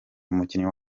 umukinnyi